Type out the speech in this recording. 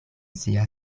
sia